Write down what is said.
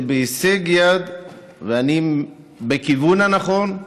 זה בהישג יד, ואני בכיוון הנכון.